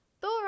Thor